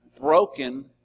broken